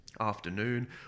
afternoon